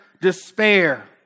despair